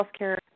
healthcare